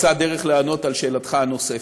אני מקווה שאמצא דרך למצוא דרך לענות על שאלתך הנוספת.